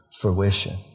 fruition